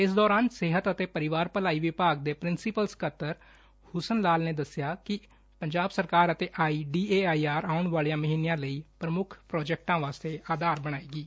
ਇਸ ਦੌਰਾਨ ਸਿਹਤ ਅਤੇ ਪਰਿਵਾਰ ਭਲਾਈ ਵਿਭਾਗ ਦੇ ਪ੍ਰਿੰਸੀਪਲ ਸਕੱਤਰ ਹੁਸਨ ਲਾਲ ਨੇ ਦੱਸਿਆ ਕਿ ਪੰਜਾਬ ਸਰਕਾਰ ਅਤੇ ਆਈ ਡੀਏਆਈਆਰ ਆਉਣ ਵਾਲੇ ਮਹੀਨਿਆਂ ਲਈ ਪੁਮੁੱਖ ਪੁਾਜੈਕਟਾਂ ਵਾਸਤੇ ਅਧਾਰ ਬਣਾਏਗੀ